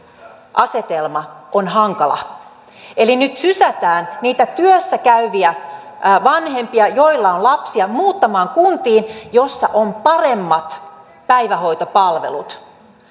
asetelma on hankala eli nyt sysätään niitä työssä käyviä vanhempia joilla on lapsia muuttamaan kuntiin joissa on paremmat päivähoitopalvelut